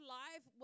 life